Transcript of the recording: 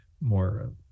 more